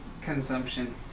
Consumption